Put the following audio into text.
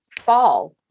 fall